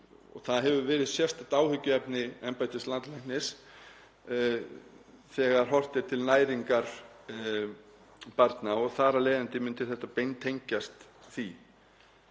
Það hefur verið sérstakt áhyggjuefni embættis landlæknis þegar horft er til næringar barna og þar af leiðandi myndi þetta tengjast því